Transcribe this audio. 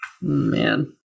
Man